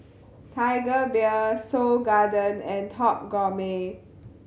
Tiger Beer Seoul Garden and Top Gourmet